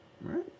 Right